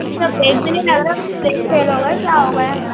उसमें ब्रेक भी नहीं लग रहा उसके ब्रेक फ़ेल हो गए क्या हो गया है